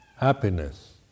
Happiness